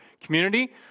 community